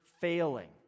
failing